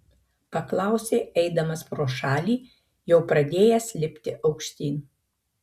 paklausė eidamas pro šalį jau pradėjęs lipti aukštyn